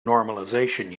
normalization